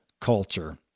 culture